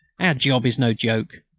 our job is no joke.